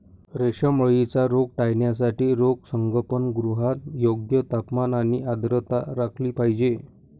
रेशीम अळीचा रोग टाळण्यासाठी संगोपनगृहात योग्य तापमान आणि आर्द्रता राखली पाहिजे